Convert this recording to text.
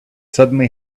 suddenly